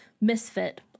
Misfit